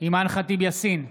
אימאן ח'טיב יאסין,